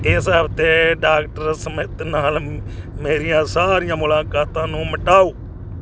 ਇਸ ਹਫ਼ਤੇ doctor Smith ਨਾਲ ਮੇਰੀਆਂ ਸਾਰੀਆਂ ਮੁਲਾਕਾਤਾਂ ਨੂੰ ਮਿਟਾਓ